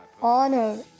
honor